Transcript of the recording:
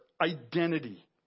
identity